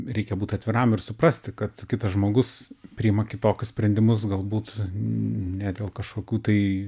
reikia būt atviram ir suprasti kad kitas žmogus priima kitokius sprendimus galbūt ne dėl kažkokių tai